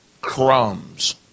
crumbs